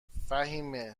فهیمه